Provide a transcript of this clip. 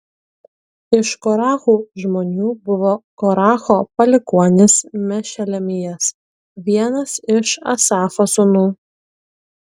iš korachų žmonių buvo koracho palikuonis mešelemijas vienas iš asafo sūnų